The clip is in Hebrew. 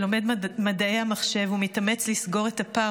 שלומד מדעי המחשב ומתאמץ לסגור את הפער